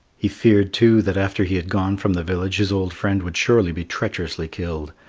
he feared too that after he had gone from the village his old friend would surely be treacherously killed,